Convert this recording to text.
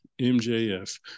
MJF